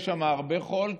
יש שם הרבה חול,